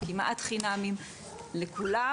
כמעט חינמים לכולם,